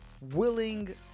willing